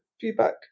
feedback